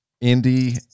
Indy